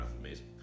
amazing